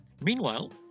Meanwhile